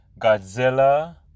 Godzilla